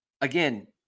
again